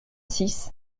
six